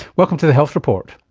welcome to the health report.